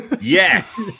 Yes